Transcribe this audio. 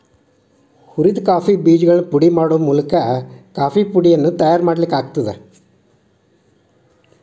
ಹುರಿದ ಕಾಫಿ ಬೇಜಗಳನ್ನು ಪುಡಿ ಮಾಡುವ ಮೂಲಕ ಕಾಫೇಪುಡಿಯನ್ನು ತಯಾರಿಸಲಾಗುತ್ತದೆ